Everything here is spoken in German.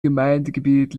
gemeindegebiet